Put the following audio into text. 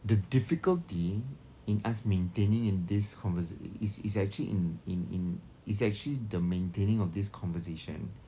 the difficulty in us maintaining in this conversa~ is is actually in in in is actually the maintaining of this conversation